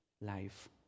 life